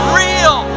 real